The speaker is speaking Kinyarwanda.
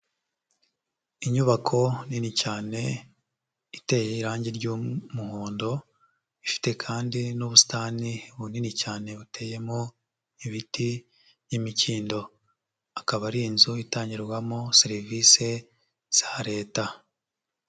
Inyubako nini cyane iteye irangi ry'umuhondo, ifite kandi n'ubusitani bunini cyane buteyemo ibiti n'imikindo, akaba ari inzu itangirwamo serivisi za Leta.